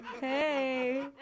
hey